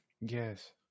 Yes